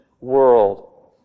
world